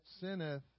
sinneth